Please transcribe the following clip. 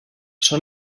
són